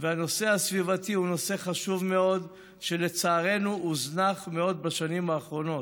והנושא הסביבתי הוא נושא חשוב מאוד שלצערנו הוזנח מאוד בשנים האחרונות.